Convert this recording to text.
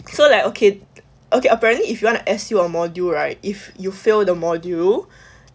so like okay okay apparently if you want to S_U a module right if you fail the module